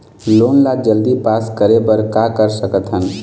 Loan ला जल्दी pass करे बर का कर सकथन?